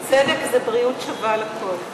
צדק זה בריאות שווה לכול.